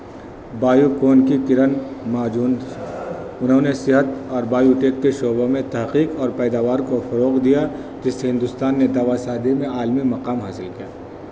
bio کوون کی کرن معجود انہوں نے صحت اور بایوٹیک کے شعبوں میں تحقیق اور پیداوار کو فروغ دیا جس سے ہندوستان نے دوا سادی میں عالمی مقام حاصل کیا